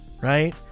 right